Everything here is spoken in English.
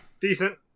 Decent